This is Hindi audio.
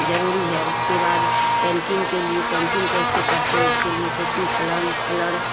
ज़रूरी है उसके बाद पेन्टिन्ग के लिए पेन्टिन्ग कैसे करते हैं इसके लिए कॉपी कलम कलर